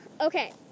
Okay